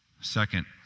Second